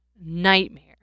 nightmare